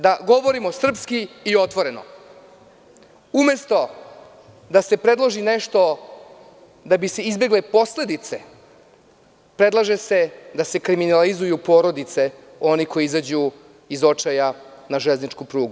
Da govorimo srpski i otvoreno, umesto da se predloži nešto da bi se izbegle posledice, predlaže se da se kriminalizuju porodice onih koji izađu iz očaja na železničku prugu.